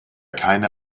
keine